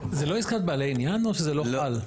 זה לא עסקת בעלי עניין או שזה לא חל?